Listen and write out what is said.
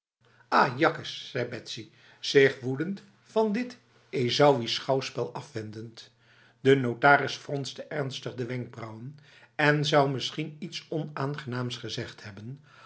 ajakkes zei betsy zich woedend van dit ezauïsch schouwspel afwendend de notaris fronste ernstig de wenkbrauwen en zou misschien iets onaangenaams gezegd hebben